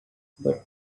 but